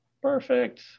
Perfect